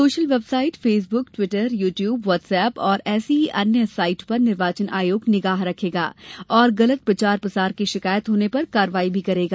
social website Facebook Twitter YouTube WhatsApp और ऐसी ही अन्य साइट पर निर्वाचन आयोग निगाह रखेगा और गलत प्रचार प्रसार की शिकायत होने पर कार्यवाही भी करेगा